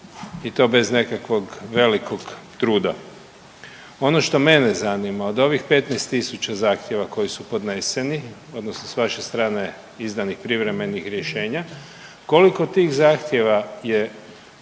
i to bez nekakvog velikog truda. Ono što mene zanima od ovih 15.000 zahtjeva koji su podneseni odnosno s vaše strane izdanih privremenih rješenja, koliko tih zahtjeva je